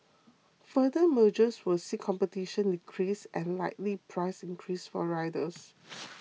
further mergers will see competition decrease and likely price increases for riders